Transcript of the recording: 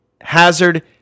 Hazard